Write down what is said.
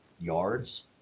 yards